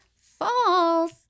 False